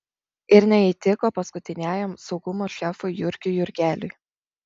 ir neįtiko paskutiniajam saugumo šefui jurgiui jurgeliui